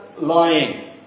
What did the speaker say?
lying